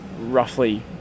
roughly